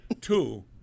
Two